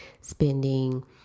spending